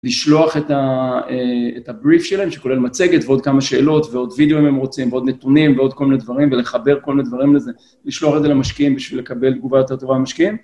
לשלוח את ה.. אה, את הבריף שלהם, שכולל מצגת ועוד כמה שאלות ועוד וידאו אם הם רוצים, ועוד נתונים, ועוד כל מיני דברים ולחבר כל מיני דברים לזה. לשלוח את זה למשקיעים בשביל לקבל תגובה יותר טובה מהמשקיעים.